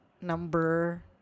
number